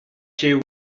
she